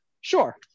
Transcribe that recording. Sure